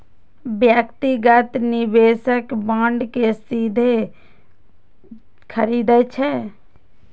व्यक्तिगत निवेशक बांड कें सीधे खरीदै छै